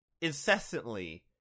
incessantly